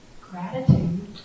gratitude